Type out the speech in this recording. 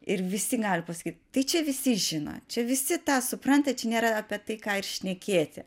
ir visi gali pasakyt tai čia visi žino čia visi tą supranta čia nėra apie tai ką ir šnekėti